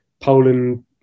Poland